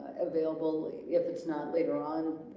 available if it's not later on,